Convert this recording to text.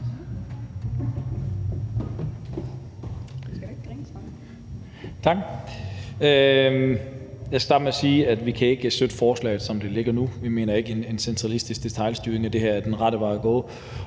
skal starte med at sige, at vi ikke kan støtte forslaget, som det ligger nu. Vi mener ikke, at en centralistisk detailstyring af det her er den rette vej at gå.